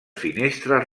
finestres